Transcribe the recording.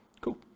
Cool